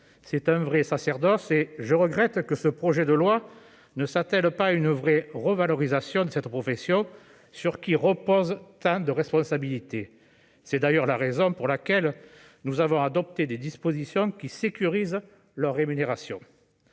est un véritable sacerdoce et je regrette que ce projet de loi ne prévoie pas une réelle revalorisation de ces professionnels, sur qui reposent tant de responsabilités. C'est d'ailleurs la raison pour laquelle nous avons adopté des dispositions qui sécurisent leur rémunération.